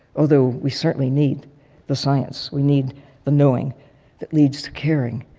although we certainly need the science, we need the sewing that leads to caring,